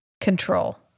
control